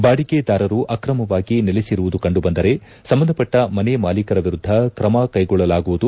ಬಾಡಿಗೆದಾರ ಆಕ್ರಮವಾಗಿ ನೆಲೆಸಿರುವುದು ಕಂಡುಬಂದರೆ ಸಂಬಂಧಪಟ್ಟ ಮನೆ ಮಾಲೀಕರ ವಿರುದ್ಧ ಕ್ರಮಕೈಗೊಳ್ಳಲಾಗುವುದು